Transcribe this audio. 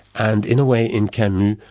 and in a way, in camus,